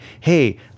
hey